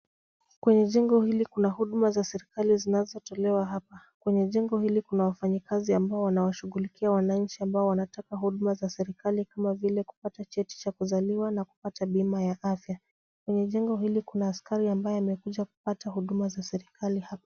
Kwenye jengo hili kuna huduma za serikali zinazotolewa hapa. Kwenye jengo hili kuna wafanyikazi ambao wamawashughulikia wananchi ambao wanataka huduma za serikali kama vile kupata cheti cha kuzaliwa na kupata bima ya afya. Kwenye jengo hili kuna askari ambaye amekuja kupata huduma za serikali hapa.